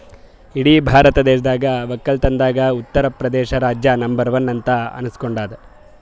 ಇಡೀ ಭಾರತ ದೇಶದಾಗ್ ವಕ್ಕಲತನ್ದಾಗೆ ಉತ್ತರ್ ಪ್ರದೇಶ್ ರಾಜ್ಯ ನಂಬರ್ ಒನ್ ಅಂತ್ ಅನಸ್ಕೊಂಡಾದ್